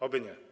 Oby nie.